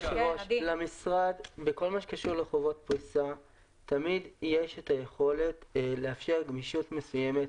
במשרד בכל מה שקשור לחובות פריסה תמיד יש יכולת לאפשר גמישות מסוימת.